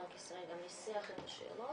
בנק ישראל גם ניסח את השאלות.